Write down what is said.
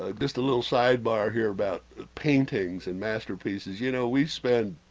ah just a little sidebar here about paintings and masterpieces you know, we spend